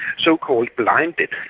so-called blinded.